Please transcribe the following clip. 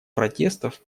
протестов